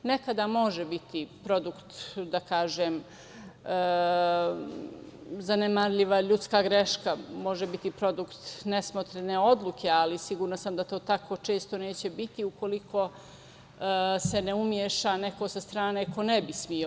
Nekada može biti produkt da kažem, zanemarljiva ljudska greška, može biti produkt nesmotrene odluke, ali sigurna sam do to tako često neće biti ukoliko se ne umeša neko sa strane ko ne bi smeo.